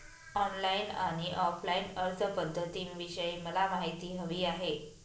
online आणि offline अर्जपध्दतींविषयी मला माहिती हवी आहे